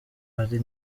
ari